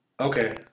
Okay